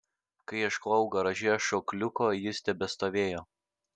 kai ieškojau garaže šokliuko jis tebestovėjo